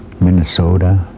Minnesota